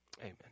Amen